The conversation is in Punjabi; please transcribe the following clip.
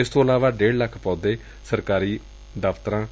ਇਸ ਤੋ ਇਲਾਵਾ ਡੇਢ ਲੱਖ ਪੌਦੇ ਸਰਕਾਰੀ ਦੱਫ਼ਤਰਾ